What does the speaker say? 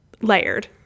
layered